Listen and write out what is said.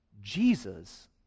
Jesus